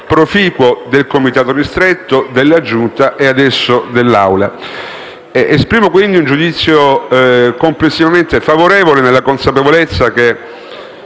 proficuo, del Comitato ristretto, della Giunta e adesso dell'Assemblea. Esprimo, quindi, un giudizio complessivamente favorevole nella consapevolezza che